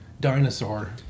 dinosaur